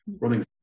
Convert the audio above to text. running